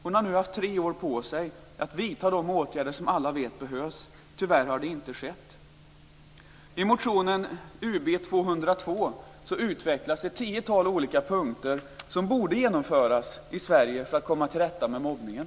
Hon har haft tre år på sig att vidta de åtgärder som alla vet behövs. Tyvärr har det inte skett. I motionen Ub202 utvecklas ett tiotal olika punkter som borde genomföras i Sverige för att komma till rätta med mobbningen.